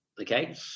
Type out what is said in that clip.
Okay